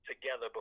together